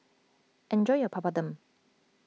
enjoy your Papadum